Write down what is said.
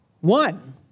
one